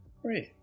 Great